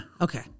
Okay